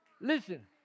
Listen